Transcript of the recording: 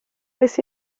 oes